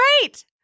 great